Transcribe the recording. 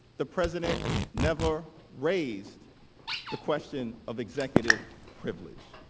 the president never raised the question of executive privilege.